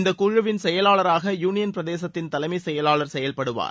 இந்த குமுவிள் செயலாளராக யூனியன் பிரதேசத்தின் தலைமைச் செயலாளர் செயல்படுவார்